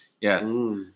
Yes